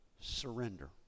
surrender